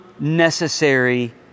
necessary